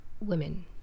women